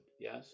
yes